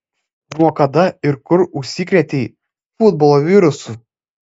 nuo kada ir kur užsikrėtei futbolo virusu